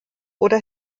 oder